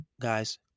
guys